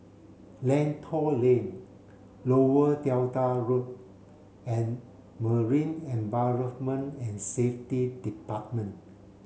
Lentor Lane Lower Delta Road and Marine Environment and Safety Department